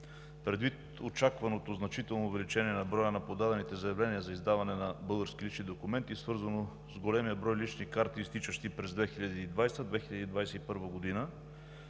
Предвид очакваното значително увеличение на броя на подадените заявления за издаване на български лични документи, свързано с големия брой лични карти, изтичащи през 2020 – 2021 г.,